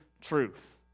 truth